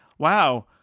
Wow